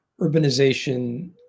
urbanization